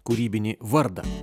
kūrybinį vardą